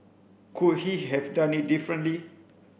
could he have done it differently